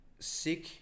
Sick